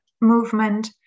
movement